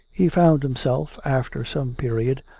he found himself, after some period,